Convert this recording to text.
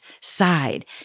side